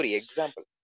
example